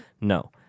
No